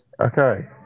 Okay